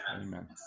amen